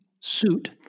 suit